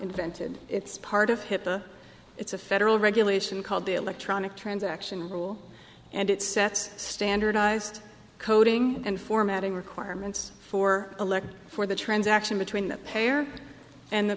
invented it's part of hipaa it's a federal regulation called the electronic transaction rule and it sets standardized coding and formatting requirements for elected for the transaction between the pair and the